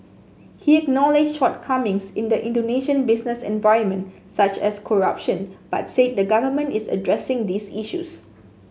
he acknowledged shortcomings in the Indonesian business environment such as corruption but said the government is addressing these issues